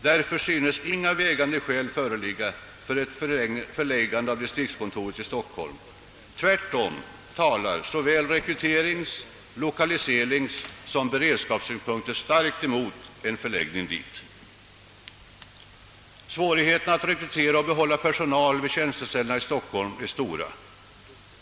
Därför synes inga vägande skäl föreligga för ett förläggande av distriktskontoret till Stockholm. Tvärtom talar såväl rekryteringssom lokaliseringsoch beredskapssynpunkter starkt emot en förläggning dit. Svårigheterna att rekrytera och behålla personal vid tjänsteställena i Stockholm är stora.